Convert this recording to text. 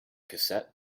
cassette